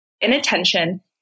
inattention